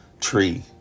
tree